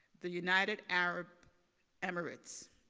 the united arab emirates.